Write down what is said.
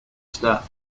staff